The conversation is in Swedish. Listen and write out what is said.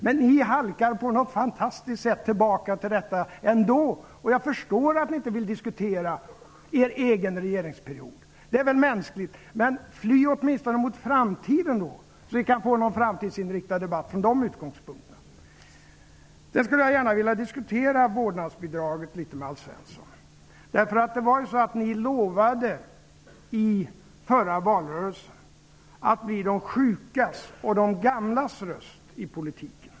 Men ni halkar på något fantastiskt sätt tillbaka till detta ändå. Jag förstår att ni inte vill diskutera er egen regeringsperiod, och det är väl mänskligt. Men fly då åtminstone mot framtiden, så att vi kan få en framtidsinriktad debatt från den utgångspunkten! Jag skulle gärna vilja diskutera vårdnadsbidraget med Alf Svensson. Ni lovade i förra valrörelsen att ni skulle vara de sjuka och gamlas röst i politiken.